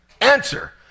Answer